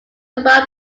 above